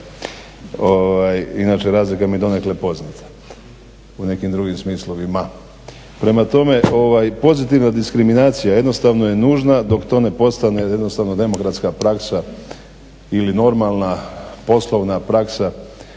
Inače razlika mi je donekle poznata u nekim drugim smislovima. Prema tome, pozitivna diskriminacija jednostavno je nužna dok to ne postane jednostavno praksa ili normalna poslovna praksa